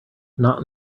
not